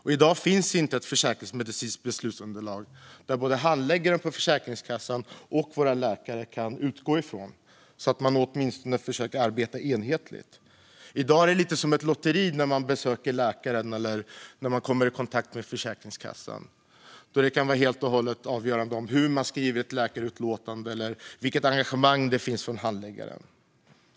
I dag finns inte ett försäkringsmedicinskt beslutsunderlag som både handläggaren på Försäkringskassan och läkaren kan utgå ifrån, så att man åtminstone försöker arbeta enhetligt. I dag är det lite som ett lotteri när man besöker läkaren eller när man kommer i kontakt med Försäkringskassan. Det kan vara helt avgörande hur ett läkarutlåtande skrivs eller vilket engagemang det finns hos handläggaren.